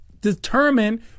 determine